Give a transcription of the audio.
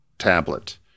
tablet